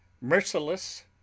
Merciless